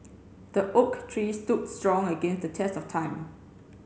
the oak tree stood strong against the test of time